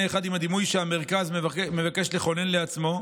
אחד עם הדימוי שהמרכז מבקש לכונן לעצמו.